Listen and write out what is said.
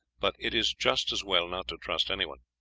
but it is just as well not to trust anyone.